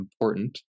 important